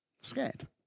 scared